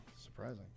Surprising